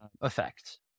effect